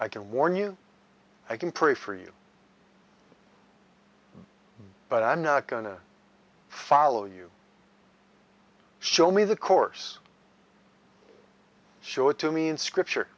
i can warn you i can pray for you but i'm not going to follow you show me the course show it to mean scripture